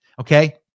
Okay